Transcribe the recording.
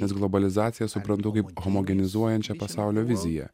nes globalizaciją suprantu kaip homogenizuojančią pasaulio viziją